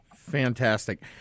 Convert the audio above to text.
Fantastic